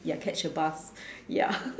ya catch a bus ya